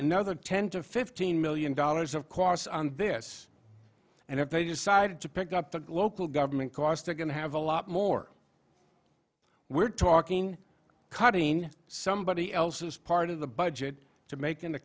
another ten to fifteen million dollars of course on this and if they decide to pick up the local government costs are going to have a lot more we're talking cutting somebody else's part of the budget to mak